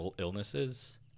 illnesses